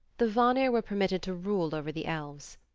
the vanir were permitted to rule over the elves.